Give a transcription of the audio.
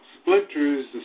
splinters